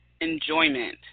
enjoyment